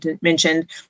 mentioned